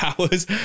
hours